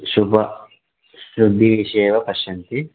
शुभ शुद्धिविषये एव पश्यन्ति